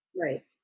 right